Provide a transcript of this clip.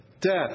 Death